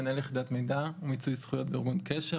מנהל יחידת מידע ומיצוי זכויות בארגון קשר,